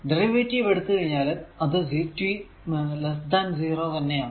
derivative എടുത്താലും അത് t 0 തന്നെ ആണ്